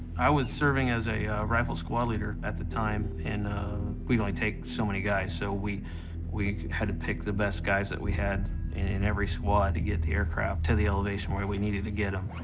i was serving as a rifle squad leader at the time, and we'd only take so many guys, so we we had to pick the best guys that we had in every squad to get the aircraft to the elevation where we needed to get them.